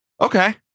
okay